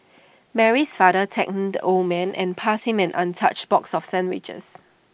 Mary's father thanked the old man and passed him an untouched box of sandwiches